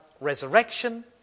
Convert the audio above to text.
resurrection